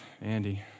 Andy